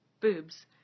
boobs